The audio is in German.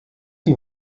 die